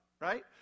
right